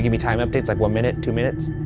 give me time updates like one minute, two minutes?